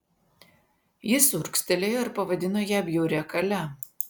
jis urgztelėjo ir pavadino ją bjauria kale